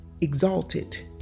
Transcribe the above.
exalted